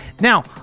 Now